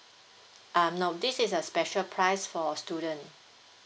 uh no this is a special price for student